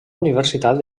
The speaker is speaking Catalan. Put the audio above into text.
universitat